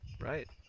Right